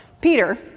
peter